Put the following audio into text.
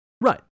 right